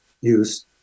use